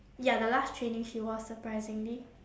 ya the last training she was surprisingly